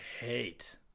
hate